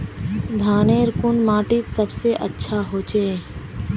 धानेर कुन माटित सबसे अच्छा होचे?